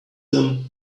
them